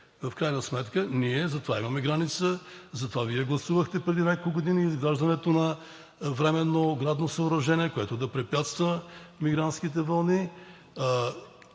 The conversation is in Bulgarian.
В крайна сметка затова имаме граница, затова Вие гласувахте преди няколко години за изграждането на временно оградно съоръжение, което да препятства мигрантските вълни,